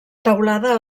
teulada